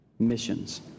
missions